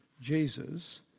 Jesus